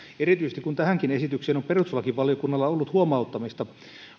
erityisesti kun tähänkin esitykseen on perustuslakivaliokunnalla ollut huomauttamista